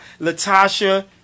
Latasha